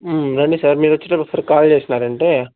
రండి సార్ మీరు వచ్చేటప్పుడు ఒకసారి కాల్ చేసారంటే